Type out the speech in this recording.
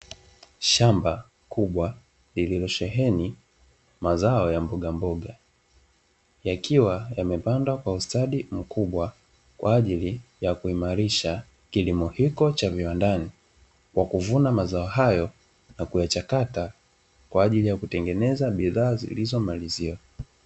Shamba kubwa lililosheheni mazao ya mbogamboga, yakiwa yamepandwa kwa ustadi mkubwa kwa ajili ya kuimarisha kilimo hicho cha viwandani, kwa kuvuna mazao hayo na kuyachakata kwa ajili ya kutengeneza bidhaa zilizomaliziwa.